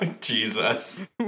Jesus